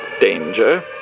danger